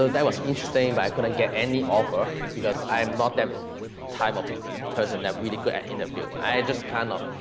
so that was interesting, but i couldn't get any offer, because i am not that type of person that really good at interview, i just, kind of,